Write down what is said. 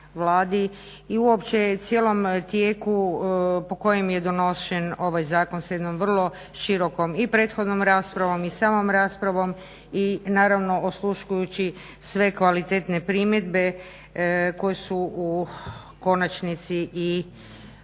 i uopće cijelom tijeku po kojem je donošen ovaj zakon sa jednom vrlo širokom i prethodnom raspravom i samom raspravom. I naravno osluškujući sve kvalitetne primjedbe koje su u konačnici i uvažene.